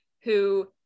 who-